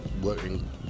working